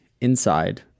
inside